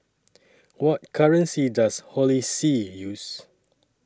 What currency Does Holy See use